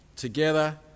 Together